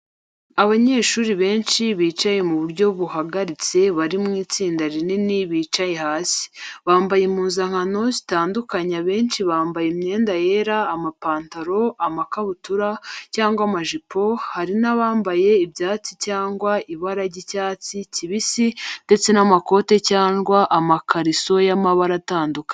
Abanyeshuri benshi bicaye mu buryo buhagaritse bari mu itsinda rinini bicaye hasi. Bambaye impuzankano zitandukanye abenshi bambaye imyenda yera amapantaro, amakabutura, cyangwa amajipo, hari n’abambaye ibyatsi cyangwa ibara ry’icyatsi kibisi ndetse n’amakote cyangwa amakariso y’amabara atandukanye.